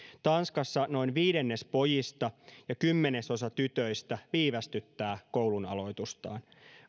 tanskassa noin viidennes pojista ja kymmenesosa tytöistä viivästyttää koulunaloitustaan